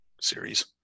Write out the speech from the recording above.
series